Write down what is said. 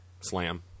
slam